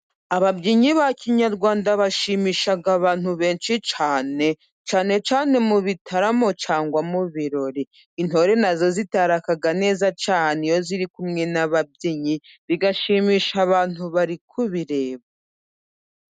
Ababyinnyi ba kinyarwanda bashimishaga abantu benshi cyane, cyane cyane mu bitaramo cyangwa mu birori, intore nazo zitaraka neza cyane iyo ziri kumwe n'ababyinnyi bishimisha abantu bari kubireba.